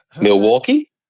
Milwaukee